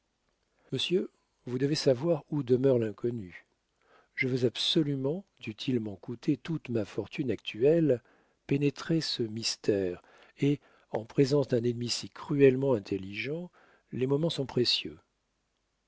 monsieur vous devez savoir où demeure l'inconnu je veux absolument dût-il m'en coûter toute ma fortune actuelle pénétrer ce mystère et en présence d'un ennemi si cruellement intelligent les moments sont précieux